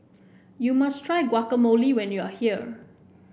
you must try Guacamole when you are here